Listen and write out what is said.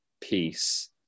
peace